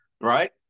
right